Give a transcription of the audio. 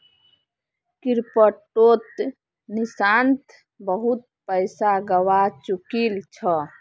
क्रिप्टोत निशांत बहुत पैसा गवा चुकील छ